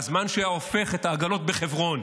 מהזמן שהיה הופך את העגלות בחברון.